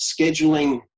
scheduling